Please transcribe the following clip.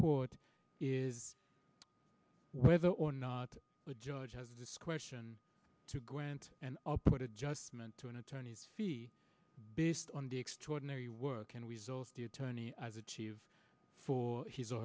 court is whether or not the judge has discretion to grant and put it just meant to an attorney's fees based on the extraordinary work and results the attorney as achieve for his or